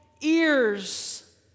ears